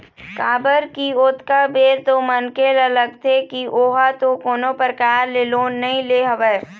काबर की ओतका बेर तो मनखे ल लगथे की ओहा तो कोनो परकार ले लोन नइ ले हवय